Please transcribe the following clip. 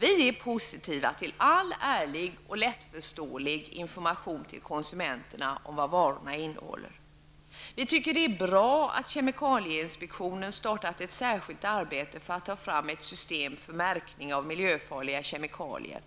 Vi är positiva till all ärlig och lättförståelig information till konsumenterna om vad varorna innehåller. Vi tycker att det är bra att kemikalieinspektionen har startat ett särskilt arbete för att ta fram ett system för märkning av miljöfarliga kemikalier.